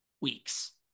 weeks